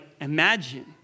imagine